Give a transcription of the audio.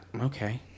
okay